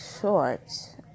shorts